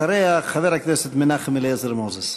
אחריה, חבר הכנסת מנחם אליעזר מוזס.